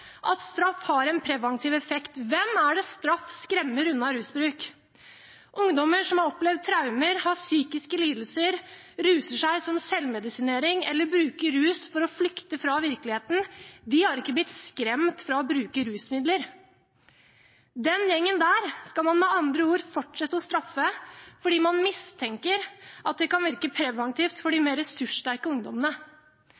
at straff har en preventiv effekt: Hvem er det straff skremmer unna rusbruk? Ungdommer som har opplevd traumer og har psykiske lidelser, og som ruser seg som selvmedisinering eller bruker rus for å flykte fra virkeligheten, har ikke blitt skremt fra å bruke rusmidler. Den gjengen der skal man med andre ord fortsette å straffe fordi man mistenker at det kan virke preventivt for de